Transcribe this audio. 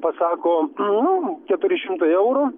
pasako nu keturi šimtai eurų